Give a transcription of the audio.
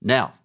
Now